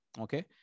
okay